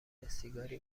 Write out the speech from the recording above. غیرسیگاری